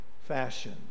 fashion